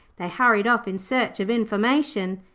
they hurried off in search of information.